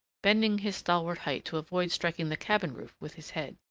bending his stalwart height to avoid striking the cabin roof with his head.